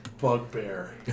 bugbear